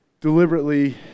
deliberately